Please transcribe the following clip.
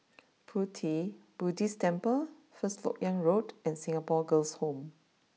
Pu Ti Buddhist Temple first Lok Yang Road and Singapore Girls' Home